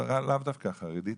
לאו דווקא החרדית,